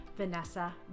Vanessa